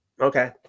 Okay